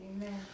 Amen